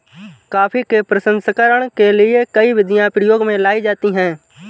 coffee के प्रसंस्करण के लिए कई विधियां प्रयोग में लाई जाती हैं